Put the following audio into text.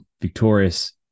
victorious